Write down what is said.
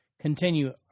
Continue